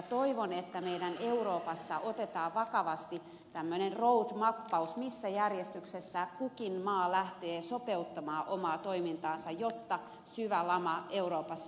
toivon että euroopassa otetaan vakavasti tämmöinen roadmappaus missä järjestyksessä kukin maa lähtee sopeuttamaan omaa toimintaansa jotta syvä lama euroopassa vältetään